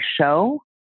show